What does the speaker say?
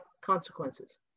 consequences